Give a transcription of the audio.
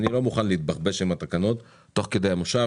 אני לא מוכן להתחרבש עם התקנות תוך כדי המושב